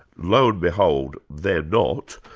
lo and behold, they're not.